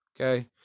Okay